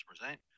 present